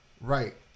Right